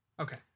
Okay